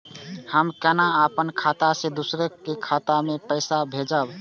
हम केना अपन खाता से दोसर के खाता में पैसा भेजब?